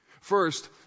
First